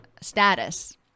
status